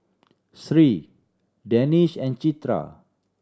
Seri Danish and Citra